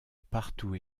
partout